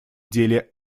деле